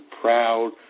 proud